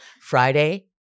Friday